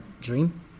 dream